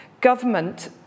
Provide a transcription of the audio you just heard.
Government